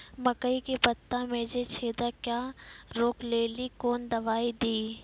मकई के पता मे जे छेदा क्या रोक ले ली कौन दवाई दी?